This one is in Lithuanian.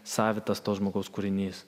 savitas to žmogaus kūrinys